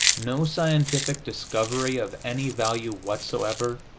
no scientific discovery of any value whatsoever,